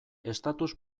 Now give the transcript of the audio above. estatus